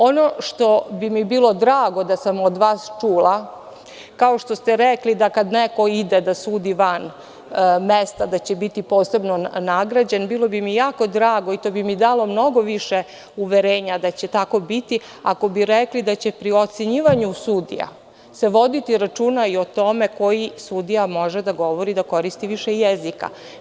Ono što bi mi bilo drago da sam od vas čula, kao što ste rekli da kada neko ide da sudi van mesta da će biti posebno nagrađen, bilo bi mi jako drago, i to bi mi dalo mnogo više uverenja da će tako biti, ako bi rekli da će se pri ocenjivanju sudija voditi računa i o tome koji sudija može da koristi više jezika.